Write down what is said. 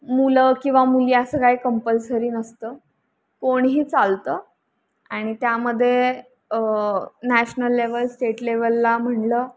मूलं किंवा मुली असं काय कंपल्सरी नसतं कोणीही चालतं आणि त्यामध्ये नॅशनल लेवल स्टेट लेवलला म्हटलं